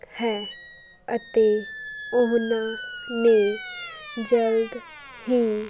ਹੈ ਅਤੇ ਉਹਨਾਂ ਨੇ ਜਲਦ ਹੀ